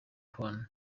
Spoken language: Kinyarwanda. porno